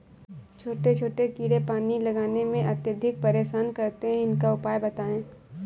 छोटे छोटे कीड़े पानी लगाने में अत्याधिक परेशान करते हैं इनका उपाय बताएं?